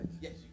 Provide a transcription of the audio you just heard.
Yes